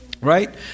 Right